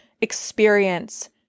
experience